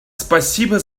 спасибо